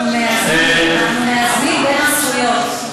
אנחנו מאזנים, אנחנו מאזנים בין הזכויות.